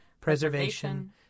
preservation